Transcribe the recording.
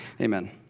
Amen